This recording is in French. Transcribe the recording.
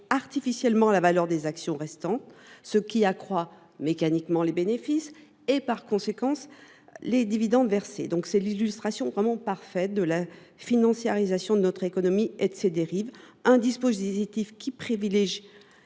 artificiellement la valeur des actions restantes, ce qui accroît mécaniquement les bénéfices et, en conséquence, les dividendes versés. Voilà l’illustration parfaite de la financiarisation de notre économie et de ses dérives. Un tel dispositif privilégie